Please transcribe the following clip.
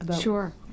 Sure